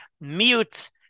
mute